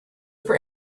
for